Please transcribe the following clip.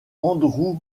andrew